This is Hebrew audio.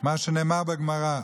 מה שנאמר בגמרא.